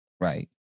right